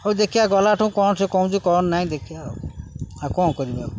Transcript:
ହଉ ଦେଖିବା ଗଲାଠୁ କ'ଣ ସେ କହୁଛି କ'ଣ ନାହିଁ ଦେଖିବା ଆଉ ଆଉ କ'ଣ କରିବା